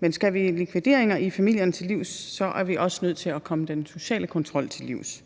Men skal vi likvideringer i familierne til livs, er vi også nødt til at komme den sociale kontrol til livs.